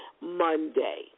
Monday